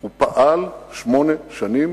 הוא פעל שמונה שנים,